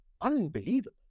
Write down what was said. unbelievable